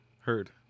Heard